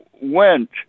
went